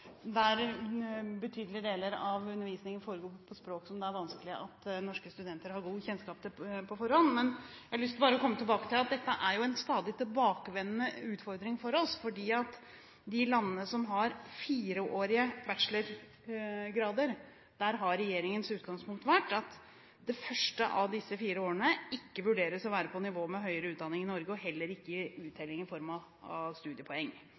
der betydelige deler av undervisningen foregår på et språk som norske studenter har vanskelig for å ha god kjennskap til på forhånd. Dette er jo en stadig tilbakevendende utfordring for oss, for når det gjelder de landene som har fireårige bachelorgrader, har regjeringens utgangspunkt vært at det første av disse fire årene ikke vurderes å være på nivå med høyere utdanning i Norge og heller ikke gir uttelling i form av studiepoeng.